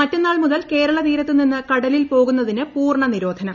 മറ്റന്നാൾ മുതൽ കേരള തീരത്തുനിന്ന് കടലിൽ പോകുന്നതിന് പൂർണ നിരോധനം